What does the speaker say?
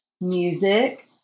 music